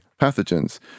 pathogens